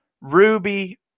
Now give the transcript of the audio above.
Ruby